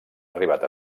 arribat